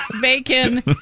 bacon